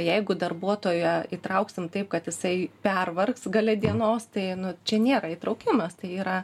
jeigu darbuotoją įtrauksim taip kad jisai pervargs gale dienos tai nu čia nėra įtraukimas tai yra